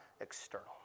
external